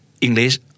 English